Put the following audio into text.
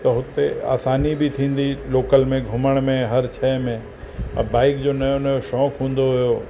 त हुते आसानी बि थींदी लोकल में घुमण में हर शइ में अ बाइक जो नओं नओं शौक़ हूंदो हुओ